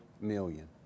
million